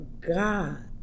God